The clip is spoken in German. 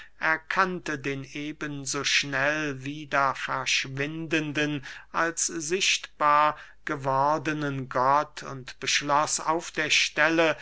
erkannte den eben so schnell wieder verschwindenden als sichtbar gewordenen gott und beschloß auf der stelle